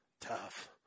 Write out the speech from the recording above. Tough